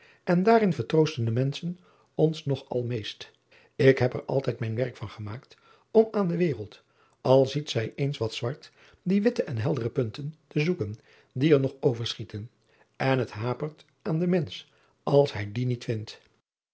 en daarin vertroosten de menschen ons nog al meest k heb er altijd mijn werk van gemaakt om aan de wereld al ziet zij eens wat zwart die witte en heldere punten te zoeken die er nog overschieten en het hapert aan den mensch als hij die niet vindt